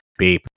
BAPE